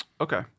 Okay